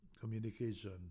communication